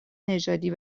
نژادی